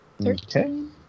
Thirteen